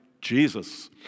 Jesus